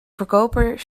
verkoper